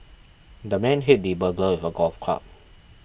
the man hit the burglar with a golf club